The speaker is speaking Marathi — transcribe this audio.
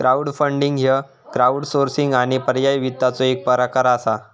क्राऊडफंडिंग ह्य क्राउडसोर्सिंग आणि पर्यायी वित्ताचो एक प्रकार असा